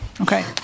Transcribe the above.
Okay